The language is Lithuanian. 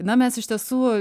na mes iš tiesų